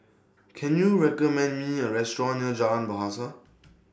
Can YOU recommend Me A Restaurant near Jalan Bahasa